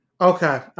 Okay